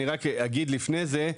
אני רק אגיד לפני זה,